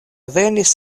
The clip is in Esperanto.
venis